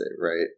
right